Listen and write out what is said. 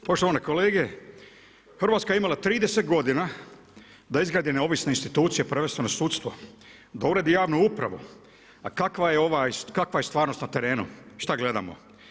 Poštovane kolege, Hrvatska je imala 30 g. da izgradnji neovisne institucije, prvenstveno sudstvo, da uredi javnu upravu, a kakva je stvarnost na terenu, što gledamo.